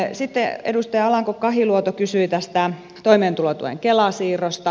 sitten edustaja alanko kahiluoto kysyi tästä toimeentulotuen kela siirrosta